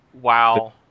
wow